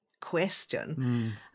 question